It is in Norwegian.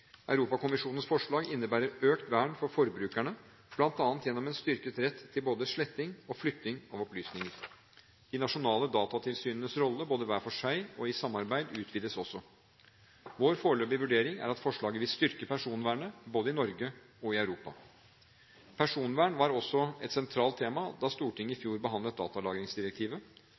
Europakommisjonens forslag innebærer økt vern for forbrukerne, bl.a. gjennom en styrket rett til både sletting og flytting av opplysninger. De nasjonale datatilsynenes rolle, både hver for seg og i samarbeid, utvides også. Vår foreløpige vurdering er at forslaget vil styrke personvernet både i Norge og i Europa. Personvern var også et sentralt tema da Stortinget i fjor behandlet datalagringsdirektivet.